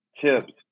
tips